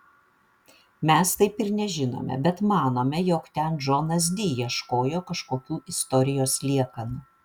mes taip ir nežinome bet manome jog ten džonas di ieškojo kažkokių istorijos liekanų